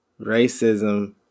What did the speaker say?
Racism